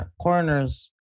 coroner's